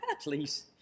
please